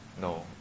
no